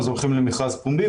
אז הולכים למכרז פומבי,